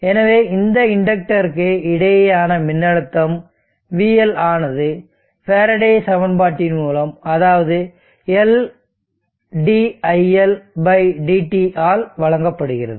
எனவே இந்த இண்டக்டர்க்கு இடையேயான மின்னழுத்தம் vL ஆனது ஃபாரடே சமன்பாட்டின் மூலம் அதாவது L diL dt ஆல் வழங்கப்படுகிறது